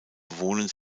bewohnen